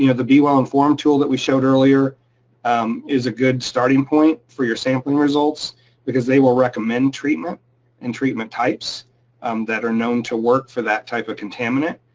you know the be well informed tool that we showed earlier is a good starting point for your sampling results because they will recommend treatment and treatment types um that are known to work for that type of contaminant.